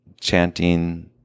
chanting